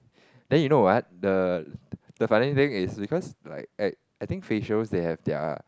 then you know what the the funny thing is because like I I think facial they have their